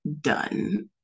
done